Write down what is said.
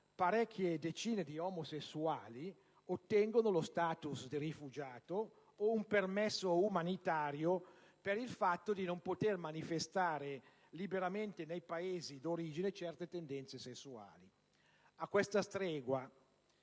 parecchie decine di omosessuali ottengono lo *status* di rifugiato o un permesso umanitario per il fatto di non poter manifestare liberamente nei Paesi d'origine certe tendenze sessuali. A questa stregua,